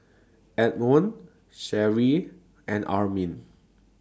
Edmon Sherri and Armin